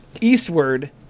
Eastward